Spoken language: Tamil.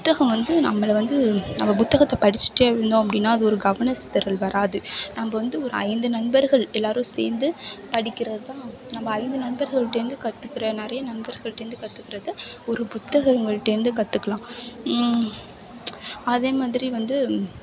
புத்தகம் வந்து நம்மளை வந்து நம்ம புத்தகத்தை படிச்சுட்டே இருந்தோம் அப்படின்னா அது ஒரு கவனச்சிதறல் வராது நம்ம வந்து ஒரு ஐந்து நண்பர்கள் எல்லாேரும் சேர்ந்து படிக்கிறது தான் நம்ம ஐந்து நண்பர்கள்கிட்டேருந்து கற்றுக்குற நிறைய நண்பர்கள்ட்டேருந்து கற்றுக்குறத ஒரு புத்தகங்கள்ட்டேருந்து கற்றுக்குலாம் அதேமாதிரி வந்து